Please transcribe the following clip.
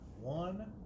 one